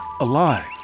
alive